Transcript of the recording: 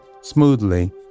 smoothly